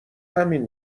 همین